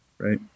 right